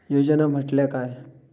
योजना म्हटल्या काय?